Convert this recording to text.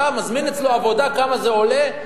אתה מזמין אצלו עבודה: כמה זה עולה,